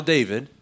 David